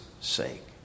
sake